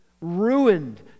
ruined